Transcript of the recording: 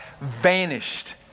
vanished